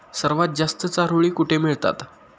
सर्वात जास्त चारोळी कुठे मिळतात?